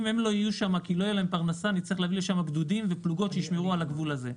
אם הם לא יהיו שם נצטרך להביא לשם גדודים ופלוגות שישמרו על הגבול הזה.